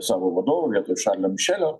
savo vadovu vietoj šarlio mišelio